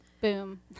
boom